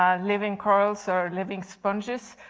um living quarrels or living sponges,